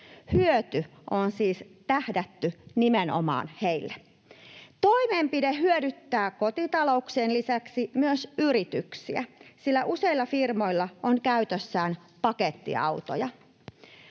Hyöty on siis tähdätty nimenomaan heille. Toimenpide hyödyttää kotitalouksien lisäksi yrityksiä, sillä useilla firmoilla on käytössään pakettiautoja.